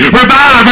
revive